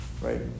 right